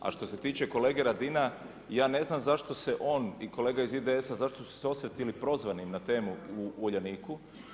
A što se tiče kolege Radina, ja ne znam zašto se on i kolega iz IDS-a, zašto su se osjetili prozvanim na temu u Uljaniku.